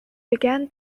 began